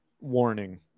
warning